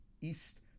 East